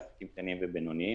לעסקים קטנים ובינוניים,